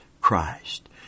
Christ